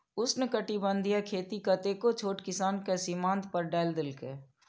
उष्णकटिबंधीय खेती कतेको छोट किसान कें सीमांत पर डालि देलकै